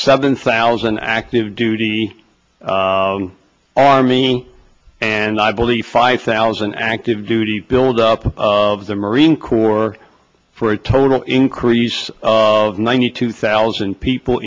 seven thousand active duty army and i believe five thousand active duty build up of the marine corps for a total increase of ninety two thousand people